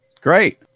Great